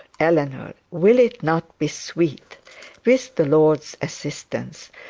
eleanor, will it not be sweet with the lord's assistance,